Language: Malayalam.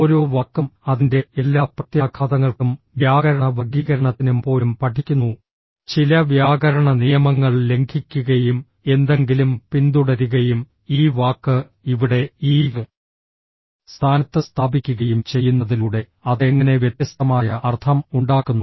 ഓരോ വാക്കും അതിന്റെ എല്ലാ പ്രത്യാഘാതങ്ങൾക്കും വ്യാകരണ വർഗ്ഗീകരണത്തിനും പോലും പഠിക്കുന്നു ചില വ്യാകരണ നിയമങ്ങൾ ലംഘിക്കുകയും എന്തെങ്കിലും പിന്തുടരുകയും ഈ വാക്ക് ഇവിടെ ഈ സ്ഥാനത്ത് സ്ഥാപിക്കുകയും ചെയ്യുന്നതിലൂടെ അത് എങ്ങനെ വ്യത്യസ്തമായ അർത്ഥം ഉണ്ടാക്കുന്നു